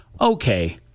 okay